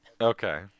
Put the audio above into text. Okay